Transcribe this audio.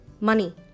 Money